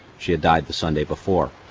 she had died the sunday before.